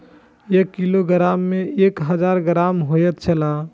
एक किलोग्राम में एक हजार ग्राम होयत छला